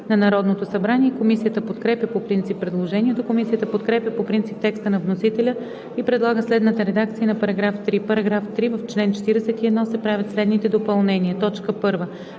на Народното събрание. Комисията подкрепя по принцип предложението. Комисията подкрепя по принцип текста на вносителя и предлага следната редакция на § 11: „§ 11. В чл. 62 се правят следните изменения: 1.